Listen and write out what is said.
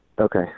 Okay